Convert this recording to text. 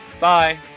bye